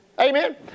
Amen